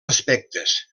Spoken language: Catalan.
aspectes